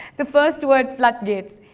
the first word floodgates.